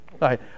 right